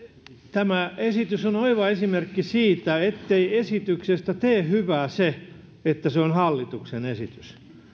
tämä esitys on oiva esimerkki siitä ettei esityksestä tee hyvää se että se on hallituksen esitys